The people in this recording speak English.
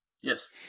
Yes